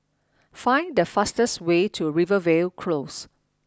find the fastest way to Rivervale Close